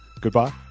goodbye